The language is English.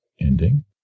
ending